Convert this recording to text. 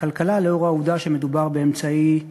הכלכלה לאור העובדה שמדובר באמצעי ייצור,